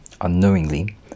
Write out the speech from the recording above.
Unknowingly